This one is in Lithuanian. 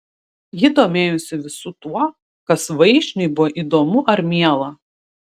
ji domėjosi visu tuo kas vaišniui buvo įdomu ar miela